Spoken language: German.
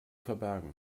verbergen